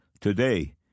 Today